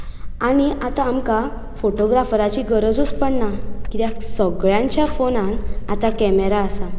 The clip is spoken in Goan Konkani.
आनी आतां आमकां फोटोग्राफराची गरजूच पडना कित्याक सगळ्यांच्या फोनान आतां कॅमॅरा आसा